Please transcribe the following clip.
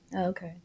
Okay